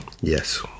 Yes